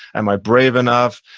am i brave enough?